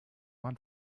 man